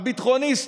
הביטחוניסטית,